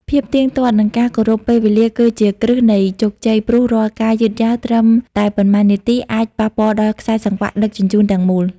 ភាពទៀងទាត់ និងការគោរពពេលវេលាគឺជាគ្រឹះនៃជោគជ័យ ព្រោះរាល់ការយឺតយ៉ាវត្រឹមតែប៉ុន្មាននាទីអាចប៉ះពាល់ដល់ខ្សែសង្វាក់ដឹកជញ្ជូនទាំងមូល។